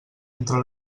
entre